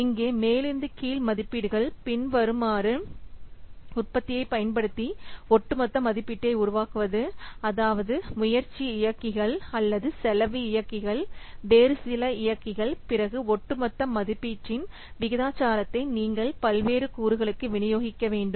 இங்கே மேலிருந்து கீழ் மதிப்பீடுகள் பின்வருமாறு உற்பத்தியைப் பயன்படுத்தி ஒட்டுமொத்த மதிப்பீட்டை உருவாக்குவதுஅதாவது முயற்சி இயக்கிகள் அல்லது செலவு இயக்கிகள் வேறுசில இயக்கிகள் பிறகு ஒட்டுமொத்த மதிப்பீட்டின் விகிதாச்சாரத்தை நீங்கள் பல்வேறு கூறுகளுக்கு விநியோகிக்க வேண்டும்